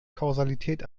kausalität